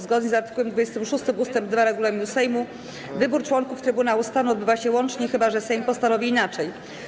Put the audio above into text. Zgodnie z art. 26 ust. 2 regulaminu Sejmu wybór członków Trybunału Stanu odbywa się łącznie, chyba że Sejm postanowi inaczej.